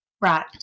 Right